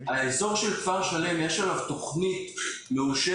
האזור של כפר שלם יש עליו תכנית מאושרת,